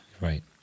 Right